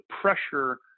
pressure